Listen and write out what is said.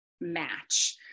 match